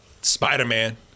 Spider-Man